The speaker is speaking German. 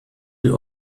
die